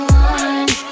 one